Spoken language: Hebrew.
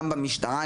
גם במשטרה,